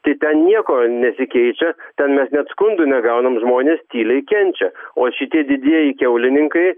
kai ten nieko nesikeičia ten mes net skundų negaunam žmonės tyliai kenčia o šitie didieji kiaulininkai